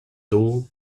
though